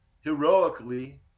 heroically